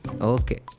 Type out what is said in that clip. Okay